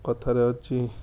କଥାରେ ଅଛି